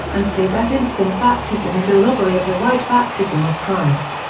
and say that infant baptism is a robbery of the right baptism of christ.